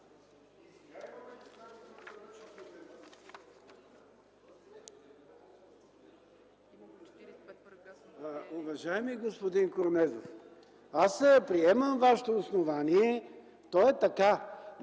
Уважаеми господин Корнезов, аз приемам Вашето основание, то е така!